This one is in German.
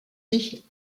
nicht